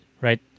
right